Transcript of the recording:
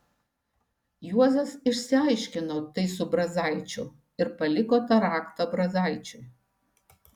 juozas išsiaiškino tai su brazaičiu ir paliko tą raktą brazaičiui